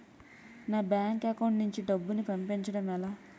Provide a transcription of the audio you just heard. నా bank account నుంచి డబ్బును పంపించడం ఎలా?